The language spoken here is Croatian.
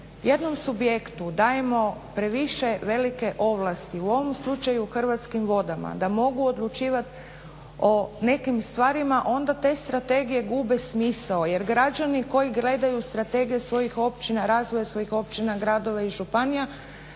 jednom subjektu dajemo previše velike ovlasti, u ovom slučaju Hrvatskim vodama da mogu odlučivat o nekim stvarima onda te strategije gube smisao jer građani koji gledaju strategije svojih općina, razvoja svojih općina, gradova i županija